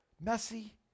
messy